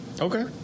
Okay